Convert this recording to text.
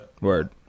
Word